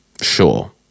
Sure